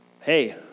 hey